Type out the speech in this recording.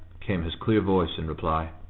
came his clear voice in reply.